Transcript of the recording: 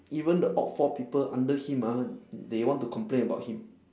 even the all four people under him ah they want to complain about him